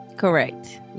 Correct